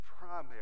primary